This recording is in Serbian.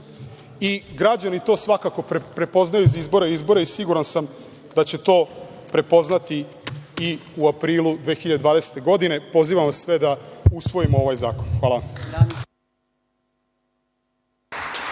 građani svakako prepoznaju iz izbora u izbore i siguran sam da će to prepoznati i u aprilu 2020. godine. Pozivam sve da usvojimo ovaj zakon. Hvala